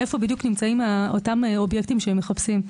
איפה בדיוק נמצאים אותם אובייקטיבים שהם מחפשים.